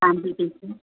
sample piece